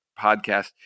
podcast